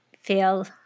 feel